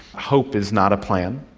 hope is not a plan.